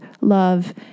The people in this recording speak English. love